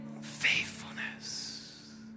faithfulness